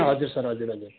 हजुर सर हजुर हजुर